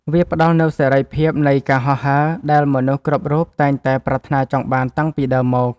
វាផ្ដល់នូវសេរីភាពនៃការហោះហើរដែលមនុស្សគ្រប់រូបតែងតែប្រាថ្នាចង់បានតាំងពីដើមមក។